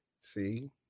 See